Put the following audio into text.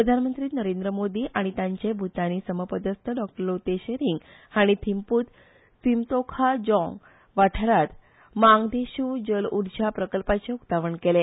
प्रधानमंत्री नरेंद्र मोदी आनी तांचे भूतानी समपदस्त डॉ लोते धॉरीग हांणी थिम्पूत स्तिमवोखा जाँग वाठायांत मांगदेशू जल उर्जा प्रकल्पाचे उक्तावण कोले